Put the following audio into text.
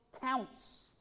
counts